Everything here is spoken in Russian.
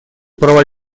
права